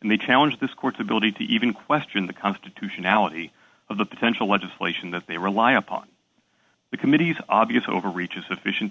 and they challenge this court's ability to even question the constitutionality of the potential legislation that they rely upon the committee's obvious overreach is sufficient to